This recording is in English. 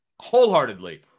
Wholeheartedly